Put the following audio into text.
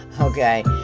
okay